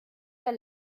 der